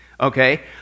okay